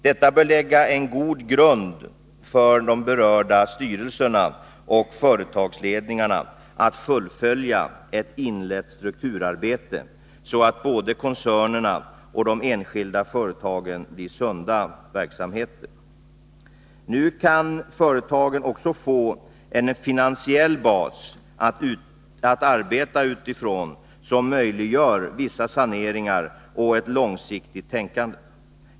Detta bör lägga en god grund för de berörda styrelserna och företagsledningarna att fullfölja ett inlett strukturarbete, så att både koncernerna och de enskilda företagen kommer att utgöra sunda verksamheter. Nu kan företagen också få en finansiell bas att arbeta utifrån som möjliggör vissa saneringar och ett långsiktigt tänkande.